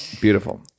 Beautiful